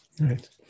Right